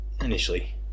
initially